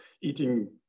eating